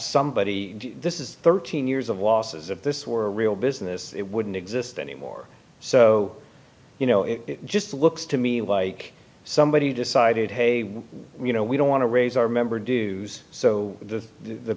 somebody this is thirteen years of losses if this were a real business it wouldn't exist anymore so you know it just looks to me why somebody decided hey you know we don't want to raise our member do so the